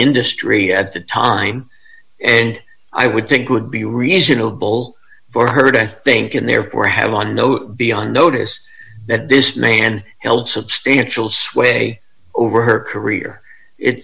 industry at the time and i would think would be reasonable for her to think in there were have on no beyond notice that this man held substantial sway over her career it's